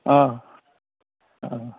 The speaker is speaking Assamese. অঁ অঁ